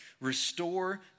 Restore